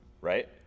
right